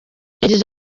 yagize